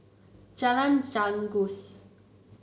Jalan Janggus